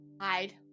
hide